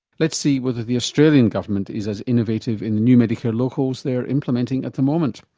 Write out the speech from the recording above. let's see whether the australian government is as innovative in the new medicare locals they're implementing at the moment.